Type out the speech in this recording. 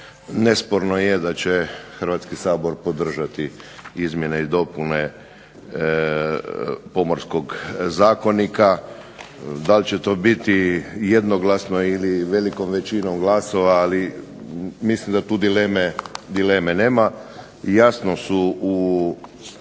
Nesporno je da će Hrvatski sabor podržati izmjene i dopune Pomorskog zakonika. Da li će to biti jednoglasno ili velikom većinom glasova, ali mislim da tu dileme nema. Jasno su ocjeni